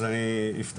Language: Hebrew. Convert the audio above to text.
אז אני אפתח.